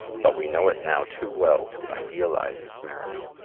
but we know it now too well to idealize its merits.